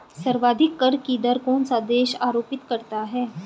सर्वाधिक कर की दर कौन सा देश आरोपित करता है?